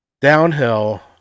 downhill